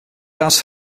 das